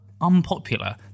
unpopular